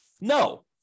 No